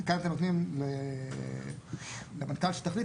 וכאן אתם נותנים למנכ״ל מהמשרד הממשלתי,